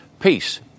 Peace